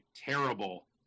terrible